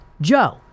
Joe